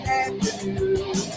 afternoon